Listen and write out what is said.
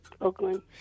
Oakland